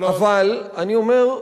אבל אני אומר,